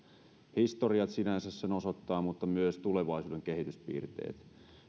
historia sinänsä sen osoittaa mutta myös tulevaisuuden kehityspiirteet